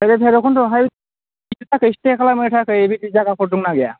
भैरबकुन्दआवहाय जोंनि थाखाय स्टे खालामनो थाखाय बेबायदि जायगाफोर दंना गैया